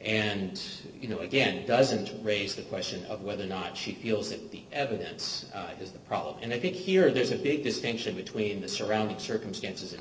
and you know again doesn't raise the question of whether or not she feels that the evidence is the problem and i think here there's a big distinction between the surrounding circumstances